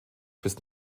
bis